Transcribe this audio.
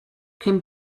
came